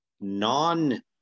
non